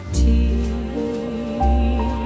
tea